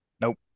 Nope